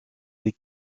des